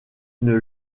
une